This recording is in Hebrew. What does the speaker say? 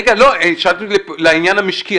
שאלתם לעניין המשקי.